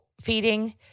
feeding